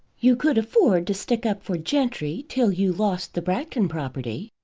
you could afford to stick up for gentry till you lost the bragton property.